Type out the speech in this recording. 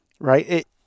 right